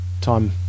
time